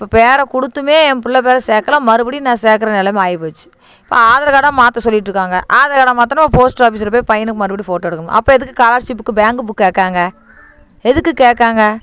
இப்போ பேரை கொடுத்துமே என் பிள்ளைப் பேரை சேர்க்கல மறுபடியும் நான் சேர்க்குற நிலமை ஆகிப் போச்சு இப்போ ஆதார் கார்டாக மாற்ற சொல்லிகிட்ருக்காங்க ஆதார் கார்டை மாற்றுனா போஸ்ட் ஆஃபீஸில் போய் பையனுக்கு மறுபடி ஃபோட்டோ எடுக்கணும் அப்போ எதுக்கு ஸ்காலர்ஷிப்புக்கு பேங்க்கு புக்கை கேட்காங்க எதுக்கு கேட்காங்க